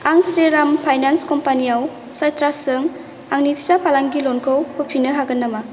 आं श्रीराम फाइनान्स कम्पानियाव साइट्रासजों आंनि फिसा फालांगि ल'नखौ होफिन्नो हागोन नामा